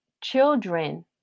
children